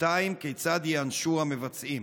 2. כיצד ייענשו המבצעים?